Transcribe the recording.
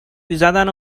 میزدن